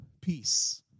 peace